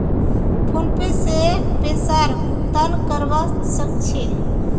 PhonePe से पैसार भुगतान करवा सकछी